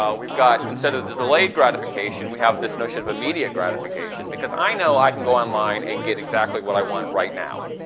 um we've got, instead of the delayed gratification we have this notion of immediate gratification, because i know i can go online and get exactly what i want right now.